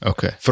Okay